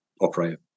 operator